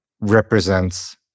represents